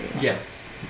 Yes